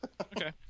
Okay